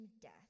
death